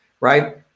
right